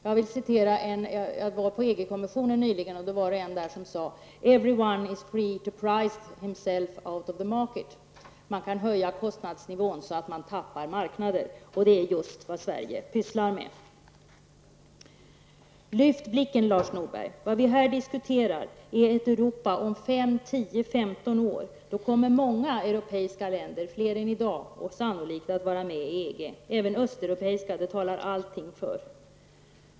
Jag var nyligen på EG-kommissionen, och där var det någon som sade: Everyone is free to price himself out of the market, dvs. man kan höja kostnadsnivån så att man tappar marknader. Det är just vad Sverige pysslar med. Lyft blicken, Lars Norberg! Vad vi här diskuterar är ett Europa om fem, tio eller femton år. Då kommer många europeiska länder, fler än i dag, sannolikt att vara med i EG -- även östeuropeiska; det talar allting för.